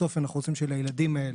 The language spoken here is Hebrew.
בסוף אנחנו רוצים שלילדים האלה,